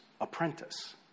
apprentice